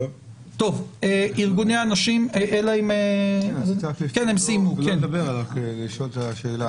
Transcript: רציתי לשאול את השאלה.